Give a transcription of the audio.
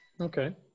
Okay